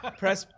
press